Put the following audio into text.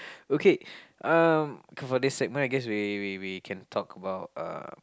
okay um for this segment I guess we we we can talk about uh